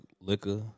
liquor